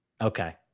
Okay